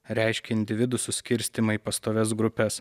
reiškia individų suskirstymą į pastovias grupes